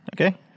Okay